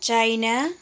China